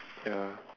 ya